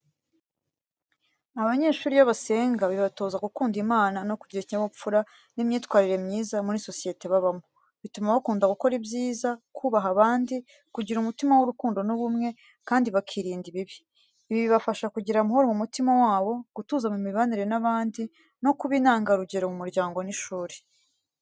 Abanyeshuri iyo basenga bibatoza gukunda Imana no kugira ikinyabupfura n'imyitwarire myiza muri sosiyete babamo. Bituma bakunda gukora ibyiza, kubaha abandi, kugira umutima w’urukundo n’ubumwe, kandi bakirinda ikibi. Ibi bibafasha kugira amahoro mu mutima wabo, gutuza mu mibanire n’abandi, no kuba intangarugero mu muryango n’ishuri.